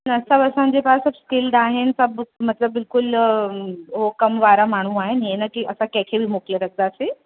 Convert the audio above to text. न सभु असांजे पास सभु स्किल्ड आहिनि सभु मतिलब बिल्कुलु हो कम वारा माण्हू आहिनि हींअ न की असां कंहिंखे बि मोकिले रखंदासीं